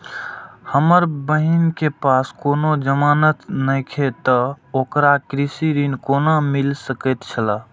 हमर बहिन के पास कोनो जमानत नेखे ते ओकरा कृषि ऋण कोना मिल सकेत छला?